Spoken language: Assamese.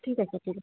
ঠিক আছে ঠিক আছে